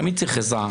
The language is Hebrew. תמיד צריך עזרה.